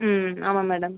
ம் ஆமாம் மேடம்